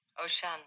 Ocean